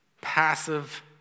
passive